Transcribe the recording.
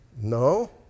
no